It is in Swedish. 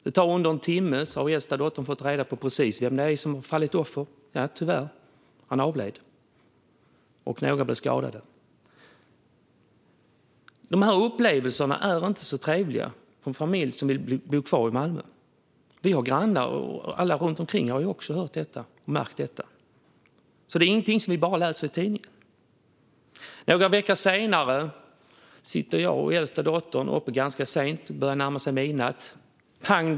Det tar under en timme, och sedan har äldsta dottern fått reda på precis vem som har fallit offer. Tyvärr avled han, och några blev skadade. Dessa upplevelser är inte så trevliga för en familj som vill bo kvar i Malmö. Vi har grannar, och alla runt omkring har också hört och märkt detta. Det är inte något som vi bara läser om i tidningen. Några veckor senare sitter jag och äldsta dottern uppe ganska sent. Det börjar närma sig midnatt. Pang!